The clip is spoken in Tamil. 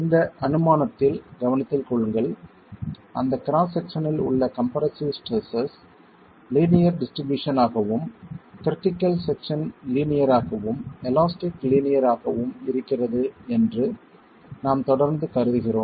இந்த அனுமானத்தில் கவனத்தில் கொள்ளுங்கள் அந்த கிராஸ் செக்சனில் உள்ள கம்ப்ரசிவ் ஸ்ட்ரெஸ்ஸஸ் லீனியர் டிஸ்ட்ரிபியூஷன் ஆகவும் க்ரிட்டிக்கல் செக்ஷன் லீனியர் ஆகவும் எலாஸ்டிக் லீனியர் ஆகவும் இருக்கிறது என்று நாம் தொடர்ந்து கருதுகிறோம்